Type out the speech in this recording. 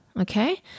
Okay